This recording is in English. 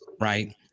right